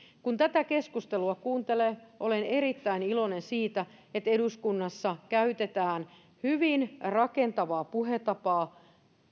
kun tätä keskustelua kuuntelee olen erittäin iloinen siitä että eduskunnassa käytetään hyvin rakentavaa puhetapaa